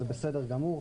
וזה בסדר גמור.